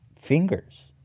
fingers